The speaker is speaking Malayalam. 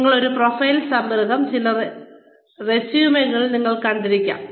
കൂടാതെ ഒരു പ്രൊഫൈൽ സംഗ്രഹം ചില റെസ്യൂമെകളിൽ നിങ്ങൾ ഇത് കണ്ടിരിക്കണം